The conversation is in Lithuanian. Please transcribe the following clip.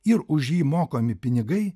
ir už jį mokami pinigai